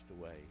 away